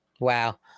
Wow